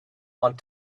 want